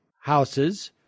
houses